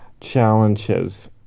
challenges